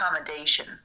accommodation